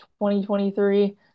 2023